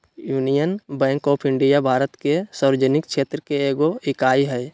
union Bank of India Bharat के सार्वजनिक क्षेत्र के एगो इकाई हइ